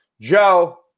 Joe